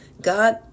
God